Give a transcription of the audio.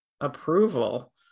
approval